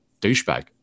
douchebag